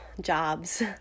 jobs